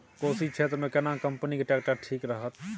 कोशी क्षेत्र मे केना कंपनी के ट्रैक्टर ठीक रहत?